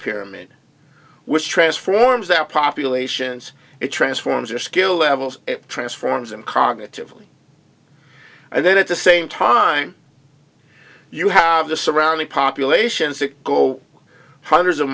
pyramid which transforms our populations it transforms your skill levels transforms and cognitively and then at the same time you have the surrounding populations to go hundreds of